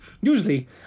Usually